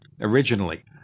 originally